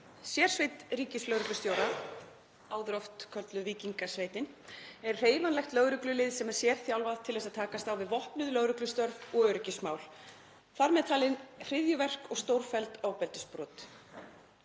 „Sérsveit ríkislögreglustjóra“ — áður oft kölluð víkingasveitin — „er hreyfanlegt lögreglulið sem er sérþjálfað til þess að takast á við vopnuð lögreglustörf og öryggismál, þar með talin hryðjuverk og stórfelld ofbeldisbrot.“